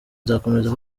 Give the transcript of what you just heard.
nzakomeza